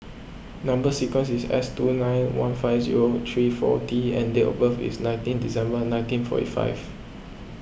Number Sequence is S two nine one five zero three four T and date of birth is nineteen December nineteen forty five